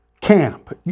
camp